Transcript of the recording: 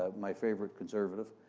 ah my favourite conservative,